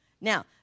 now